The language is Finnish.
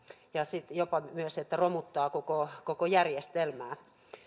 ja jopa myös että se romuttaa koko koko järjestelmää